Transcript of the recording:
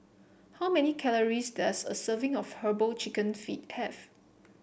how many calories does a serving of herbal chicken feet have